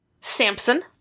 Samson